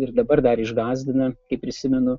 ir dabar dar išgąsdina kai prisimenu